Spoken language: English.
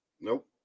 Nope